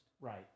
Right